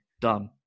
done